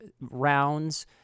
rounds